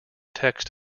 text